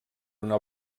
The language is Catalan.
una